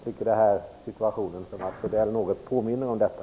Mats Odells situation påminner om detta.